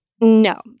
no